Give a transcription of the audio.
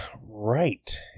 right